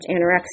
anorexia